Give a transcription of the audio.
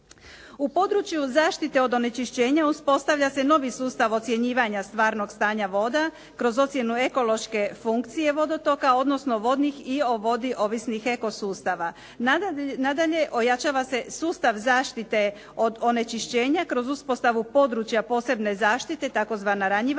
U području zaštite od onečišćenja uspostavlja se novi sustav ocjenjivanja stvarnog stanja voda kroz ocjenu ekološke funkcije vodotoka, odnosno vodnih i o vodi ovisnih eko sustava. Nadalje, ojačava se sustav zaštite od onečišćenja kroz uspostavu područja posebne zaštite tzv. ranjiva